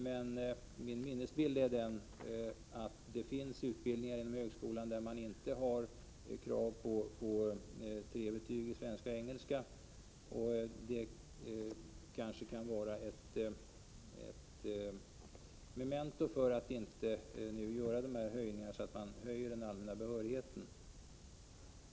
Men min minnesbild är att det finns utbildningar inom högskolan där det inte ställs krav på betyget 3 i svenska och engelska. Det kanske kan vara ett memento för att inte göra de höjningar som innebär att kraven för allmän behörighet höjs. Jag nöjer mig med dessa kommentarer.